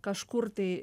kažkur tai